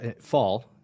fall